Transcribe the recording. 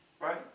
right